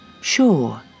Sure